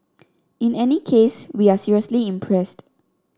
in any case we are seriously impressed